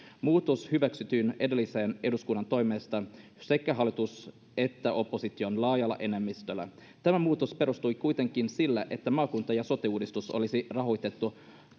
muutos hyväksyttiin edellisen eduskunnan toimesta sekä hallituksen että opposition laajalla enemmistöllä tämä muutos perustui kuitenkin sille että maakunta ja sote uudistus olisi rahoitettu